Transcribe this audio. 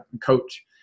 coach